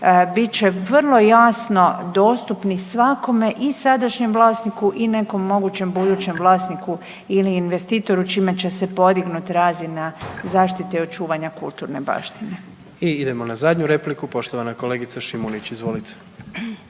bit će vrlo jasno dostupni svakome i sadašnjem vlasniku i nekom mogućem budućem vlasniku ili investitoru čime će se podignut razina zaštite i očuvanja kulturne baštine. **Jandroković, Gordan (HDZ)** I idemo na zadnju repliku, poštovana kolegica Šimunić, izvolite.